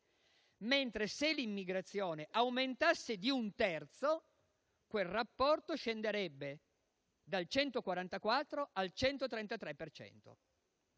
cento; se l'immigrazione aumentasse di un terzo, quel rapporto scenderebbe invece dal 144 al 133